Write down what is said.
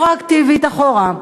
רטרואקטיבית, אחורה.